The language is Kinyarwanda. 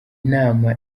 nama